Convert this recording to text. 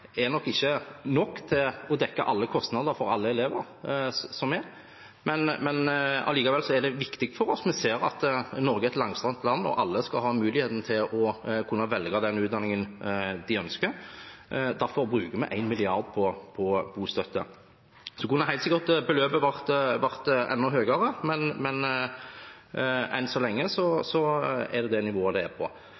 viktig for oss. Vi ser at Norge er et langstrakt land, og alle skal ha muligheten til å kunne velge den utdanningen de ønsker. Derfor bruker vi 1 mrd. kr på bostøtte. Beløpet kunne helt sikkert vært enda høyere, men enn så lenge